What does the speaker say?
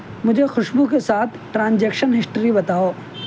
مجھے خوشبو کے ساتھ ٹرانجیکشن ہسٹری بتاؤ